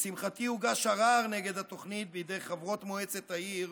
לשמחתי הוגש ערר נגד התוכנית בידי חברות מועצת העיר